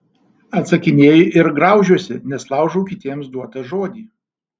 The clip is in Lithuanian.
atsakinėju ir graužiuosi nes laužau kitiems duotą žodį